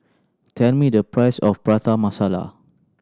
tell me the price of Prata Masala